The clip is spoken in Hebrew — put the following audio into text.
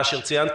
אשר,